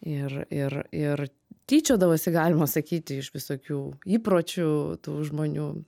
ir ir ir tyčiodavosi galima sakyti iš visokių įpročių tų žmonių